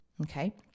Okay